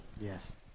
Yes